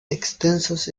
extensos